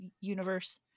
universe